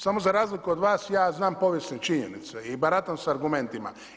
Samo za razliku od vas ja znam povijesne činjenice i baratam sa argumentima.